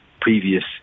previous